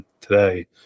today